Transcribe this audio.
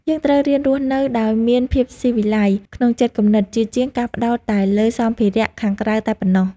យើងត្រូវរៀនរស់នៅដោយមានភាពស៊ីវិល័យក្នុងចិត្តគំនិតជាជាងការផ្តោតតែលើសម្ភារៈខាងក្រៅតែប៉ុណ្ណោះ។